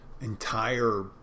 entire